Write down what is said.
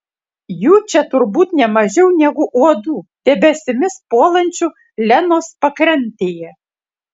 jų čia turbūt ne mažiau negu uodų debesimis puolančių lenos pakrantėje